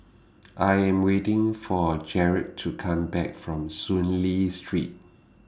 I Am waiting For Jarett to Come Back from Soon Lee Street